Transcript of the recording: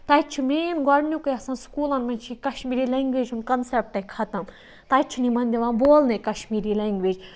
تَتہِ چھُ مین گۄڈٕنیُکٕے آسان سُکوٗلَن مَنٛز چھِ کَشمیٖری لینٛگویج ہُنٛد کَنسیٚپٹَے ختم تَتہِ چھِنہٕ یِمَن دِوان بولنے کَشمیٖری لینٛگویج